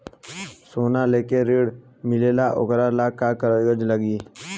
सोना लेके ऋण मिलेला वोकरा ला का कागज लागी?